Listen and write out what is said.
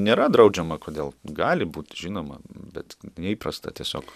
nėra draudžiama kodėl gali būt žinoma bet neįprasta tiesiog